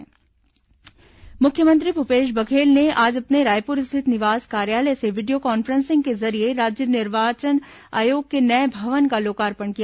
निर्वाचन आयोग भवन लोकार्पण मुख्यमंत्री भूपेश बघेल ने आज अपने रायपूर स्थित निवास कार्यालय से वीडियो कान्फ्रेंसिंग के जरिए राज्य निर्वाचन आयोग के नये भवन का लोकार्पण किया